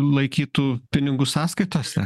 laikytų pinigus sąskaitose